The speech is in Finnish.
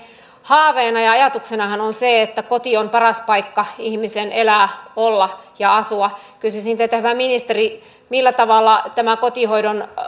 haaveena ja ajatuksenahan on se että koti on paras paikka ihmisen elää olla ja asua kysyisin teiltä hyvä ministeri millä tavalla tämä kotihoidon